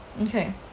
okay